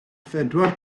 phedwar